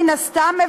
מן הסתם,